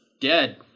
dead